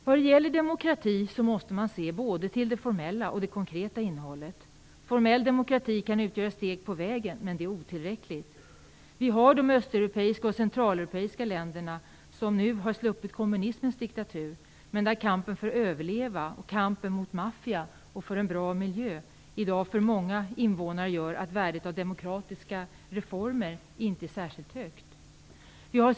Vad gäller demokrati måste man se både till det formella och till det konkreta innehållet. Formell demokrati kan utgöra steg på vägen, men det är otillräckligt. I de öst och centraleuropeiska länderna, som nu har sluppit kommunismens diktatur, gör kampen för överlevnad, mot maffia och för en bra miljö i dag att värdet av demokratiska reformer inte är särsklit högt för många invånare.